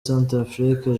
centrafrique